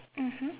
mmhmm